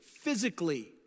physically